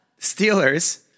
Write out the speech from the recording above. Steelers